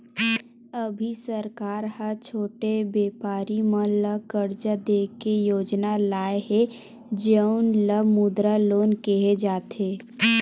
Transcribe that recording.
अभी सरकार ह छोटे बेपारी मन ल करजा दे के योजना लाए हे जउन ल मुद्रा लोन केहे जाथे